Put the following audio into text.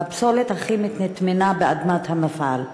והפסולת הכימית נטמנה באדמת המפעל.